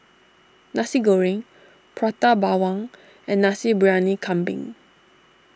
Nasi Goreng Prata Bawang and Nasi Briyani Kambing